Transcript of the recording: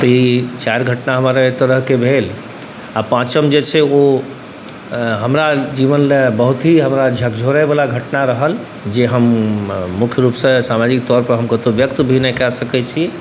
तऽ ई चारि घटना हमर एहि तरहके भेल आओर पाँचम जे छै ओ हमरा जीवनलए बहुत ही हमरा झकझोरैवला घटना रहल जे हम मुख्य रूपसंँ सामाजिक तौरपर हम कतहु व्यक्त भी नहि कऽ सकै छी